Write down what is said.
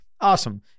awesome